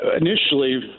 initially